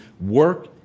work